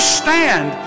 stand